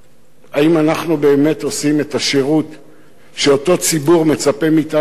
האם אנחנו באמת עושים את השירות שאותו ציבור מצפה מאתנו לעשות?